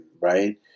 right